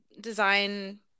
design